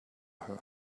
her